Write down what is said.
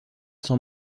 sans